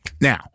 Now